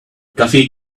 toffee